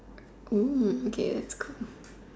Oh okay that's cool